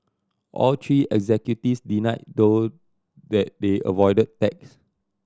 all three executives denied though that they avoided tax